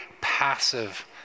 passive